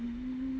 mm